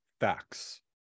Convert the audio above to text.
facts